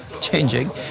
changing